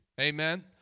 Amen